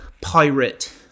pirate